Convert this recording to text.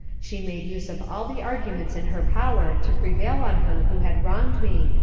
she made use of all the arguments in her power to prevail on her who had wronged me,